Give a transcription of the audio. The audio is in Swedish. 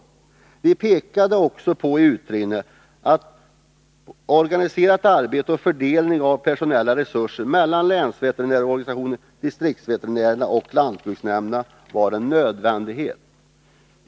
I utredningen pekade vi också på att organiserat samarbete och fördelning av personella resurser mellan länsve terinärsorganisationen, distriktsveterinärerna och lantbruksnämnderna var en nödvändighet.